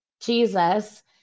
Jesus